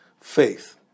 Faith